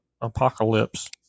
apocalypse